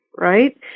right